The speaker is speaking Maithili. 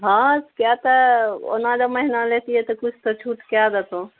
हँ किए तऽ ओना जब महीना लेतियै तऽ किछु तऽ छूट कए देतौ